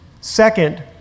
Second